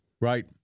Right